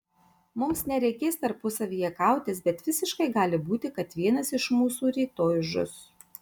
mums nereikės tarpusavyje kautis bet visiškai gali būti kad vienas iš mūsų rytoj žus